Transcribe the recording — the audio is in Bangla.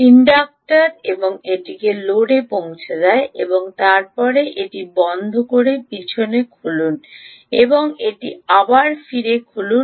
ইন্ডাক্টর এবং এটিকে লোডে পৌঁছে দিন এবং তারপরে এটি বন্ধ করে পিছনে খুলুন এবং এটি আবার ফিরে খুলুন